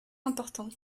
important